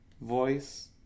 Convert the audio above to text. voice